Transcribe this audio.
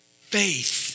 faith